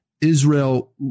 Israel